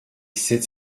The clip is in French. sept